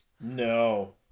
No